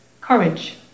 courage